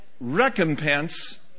recompense